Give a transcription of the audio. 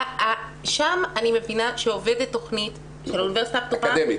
ושם אני מבינה שעובדת תכנית של האוניברסיטה הפתוחה אקדמית.